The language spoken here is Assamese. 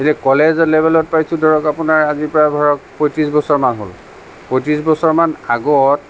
এতিয়া কলেজৰ লেভেলত পাইছোঁ ধৰক আপোনাৰ আজি পৰা ধৰক পঁয়ত্ৰিছ বছৰমান হ'ল পঁয়ত্ৰিছ বছৰমান আগত